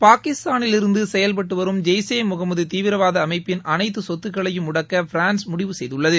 பாகிஸ்தானில் இருந்து செயல்பட்டு வரும் ஜெய்ஷ் ஈ முஹமது தீவிரவாத அமைப்பிள் அனைத்து சொத்துகளையும் முடக்க பிரான்ஸ் முடிவு செய்துள்ளது